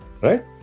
right